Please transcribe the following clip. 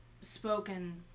spoken